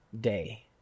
day